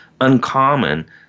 uncommon